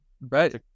right